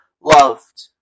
loved